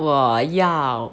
我要